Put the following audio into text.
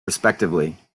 respectively